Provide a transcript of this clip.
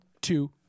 two